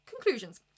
Conclusions